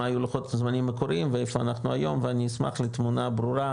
מה היו לוחות הזמנים המקוריים ואיפה אנחנו היום ואני אשמח לתמונה ברורה,